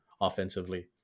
offensively